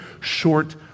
short